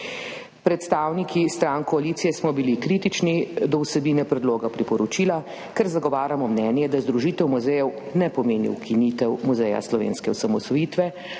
Predstavniki strank koalicije smo bili kritični do vsebine predloga priporočila, ker zagovarjamo mnenje, da združitev muzejev ne pomeni ukinitve Muzeja slovenske osamosvojitve,